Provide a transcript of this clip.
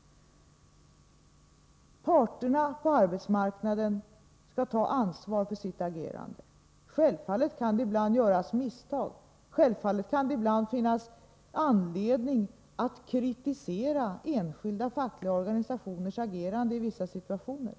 Parterna på arbetsmarknaden skall ta ansvar för sitt agerande. Självfallet kan det i bland göras misstag, självfallet kan det ibland finnas anledning att kritisera enskilda fackliga organisationers agerande i vissa situationer.